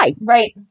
Right